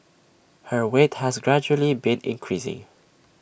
her weight has gradually been increasing